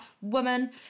woman